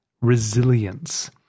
resilience